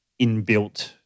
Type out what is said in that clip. inbuilt